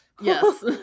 Yes